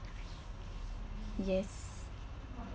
yes